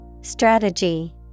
Strategy